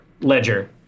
ledger